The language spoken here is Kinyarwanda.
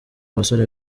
basore